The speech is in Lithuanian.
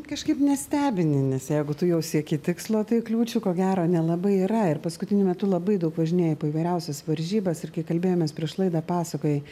kažkaip nestebini nes jeigu tu jau sieki tikslo tai kliūčių ko gero nelabai yra ir paskutiniu metu labai daug važinėji po įvairiausias varžybas ir kai kalbėjomės prieš laidą pasakojai